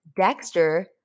Dexter